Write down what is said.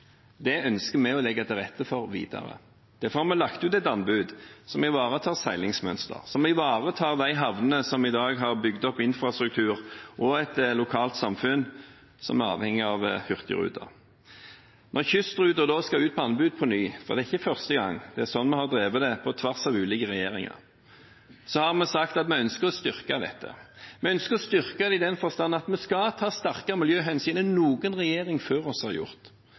Det ønsker vi å legge til rette for videre. Derfor har vi lagt ut et anbud som ivaretar seilingsmønster, som ivaretar de havnene som i dag har bygd opp infrastruktur, og de lokalsamfunn som er avhengige av hurtigruten. Når kystruten skal ut på anbud på nytt – dette er ikke første gang, det er slik vi har gjort dette, på tvers av ulike regjeringer – har vi sagt at vi ønsker å styrke dette. Vi ønsker å styrke det i den forstand at vi skal ta sterkere miljøhensyn enn noen regjering før oss har gjort,